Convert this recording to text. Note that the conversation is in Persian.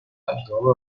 اجرام